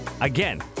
again